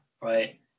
right